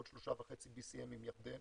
עוד 3.5 BCM עם ירדן